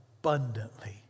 abundantly